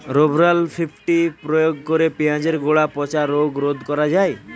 Rovral fifty প্রয়োগ করে পেঁয়াজের গোড়া পচা রোগ রোধ করা যায়?